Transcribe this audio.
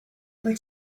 but